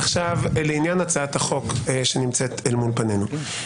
לעניין הצעת החוק שנמצאת אל מול פנינו.